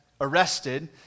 arrested